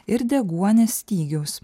ir deguonies stygiaus